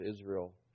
Israel